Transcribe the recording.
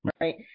Right